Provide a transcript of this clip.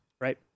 right